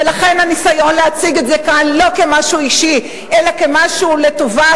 ולכן הניסיון להציג את זה כאן לא כמשהו אישי אלא כמשהו לטובת,